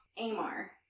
Amar